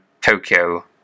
Tokyo